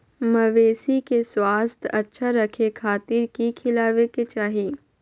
मवेसी के स्वास्थ्य अच्छा रखे खातिर की खिलावे के चाही?